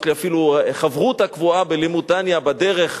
יש לי אפילו חברותא קבועה בלימוד "תניא" בדרך,